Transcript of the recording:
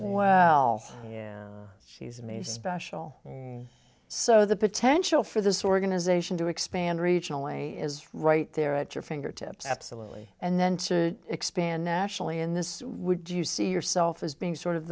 well she's made special so the potential for this organization to expand regional way is right there at your fingertips absolutely and then to expand nationally in this would you see yourself as being sort of